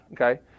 okay